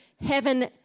heaven